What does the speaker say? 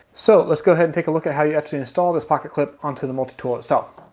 so let's go ahead and take a look at how you actually install this pocket clip onto the multi-tool itself.